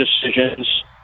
decisions